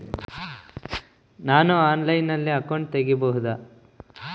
ನಾನು ಆನ್ಲೈನಲ್ಲಿ ಅಕೌಂಟ್ ತೆಗಿಬಹುದಾ?